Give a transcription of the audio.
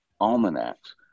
almanacs